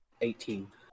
eighteen